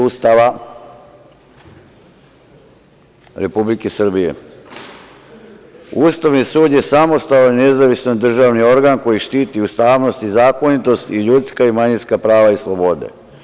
Ustava Republike Srbije – Ustavni sud je samostalan i nezavistan državni organ koji štiti ustavnost i zakonitost i ljudska i manjinska prava i slobode.